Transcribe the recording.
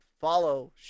follow